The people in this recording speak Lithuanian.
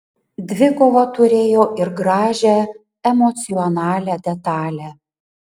dvikova turėjo ir gražią emocionalią detalę